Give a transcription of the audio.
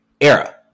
era